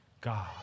God